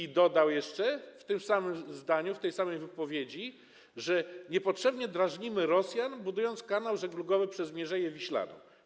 I dodał jeszcze w tym samym zdaniu, w tej samej wypowiedzi, że niepotrzebnie drażnimy Rosjan, budując kanał żeglugowy przez Mierzeję Wiślaną.